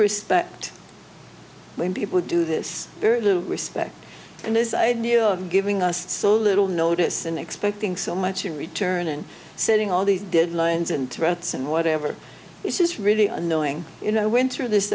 respect when people do this very little respect and this idea of giving us little notice and expecting so much in return and setting all these deadlines and threats and whatever is really annoying you know winter this